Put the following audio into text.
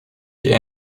die